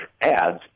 ads